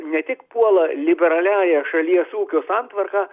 ne tik puola liberaliąją šalies ūkio santvarką